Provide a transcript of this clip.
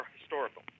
historical